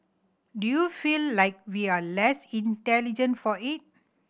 do you feel like we are less intelligent for it